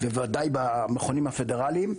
וודאי במכונים הפדרליים,